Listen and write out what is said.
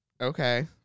Okay